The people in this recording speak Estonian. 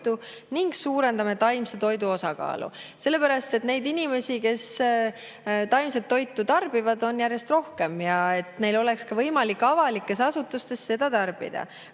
ning suurendame taimse toidu osakaalu." Neid inimesi, kes taimset toitu tarbivad, on järjest rohkem ja neil peaks ka olema võimalik avalikes asutustes seda tarbida.